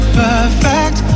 perfect